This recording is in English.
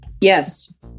Yes